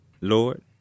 Lord